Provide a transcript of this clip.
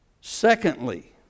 Secondly